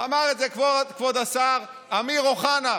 אמר את זה כבוד השר אמיר אוחנה.